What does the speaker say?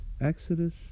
Exodus